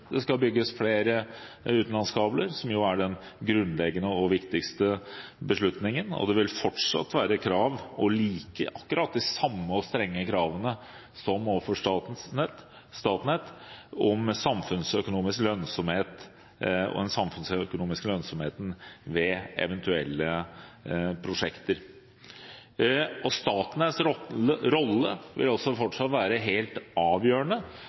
det skal bygges flere utenlandskabler, som jo er den grunnleggende og viktigste beslutningen, og det vil fortsatt være krav – og akkurat de samme og strenge kravene som overfor Statnett – om den samfunnsøkonomiske lønnsomheten ved eventuelle prosjekter. Statnetts rolle vil også fortsatt være helt avgjørende